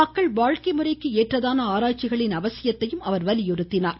மக்கள் வாழ்க்கை முறைக்கு ஏற்றதான ஆராய்ச்சிகளின அவசியத்தையும் அவர் வலியுறுத்தினார்